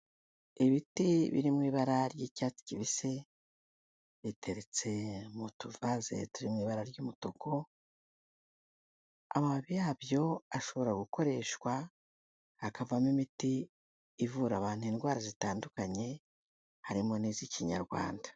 Ibiti biri mu ibara ry'icyatsi kibisi biteretse mu tuvaze turi mu ibara ry'umutuku, amababi yabyo ashobora gukoreshwa akavamo imiti ivura abantu indwara zitandukanye harimo n'iz'Ikinyarwanda.